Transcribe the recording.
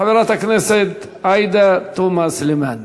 חברת הכנסת עאידה תומא סלימאן.